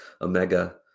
omega